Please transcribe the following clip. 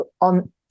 on